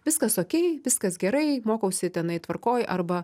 viskas okei viskas gerai mokausi tenai tvarkoj arba